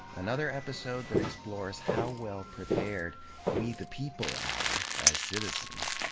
another episode that explores how well prepared we the people are, as citizens,